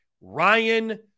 Ryan